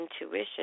intuition